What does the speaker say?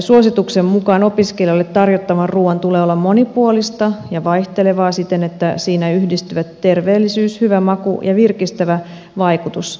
suosituksen mukaan opiskelijoille tarjottavan ruoan tulee olla monipuolista ja vaihtelevaa siten että siinä yhdistyvät terveellisyys hyvä maku ja virkistävä vaikutus